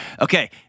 Okay